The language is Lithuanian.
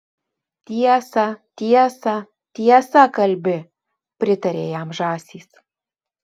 tiesą tiesą tiesą kalbi pritarė jam žąsys